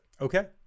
Okay